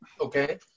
okay